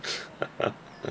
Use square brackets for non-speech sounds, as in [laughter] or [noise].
[laughs]